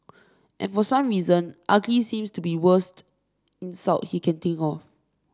and for some reason ugly seems to be worst insult he can think of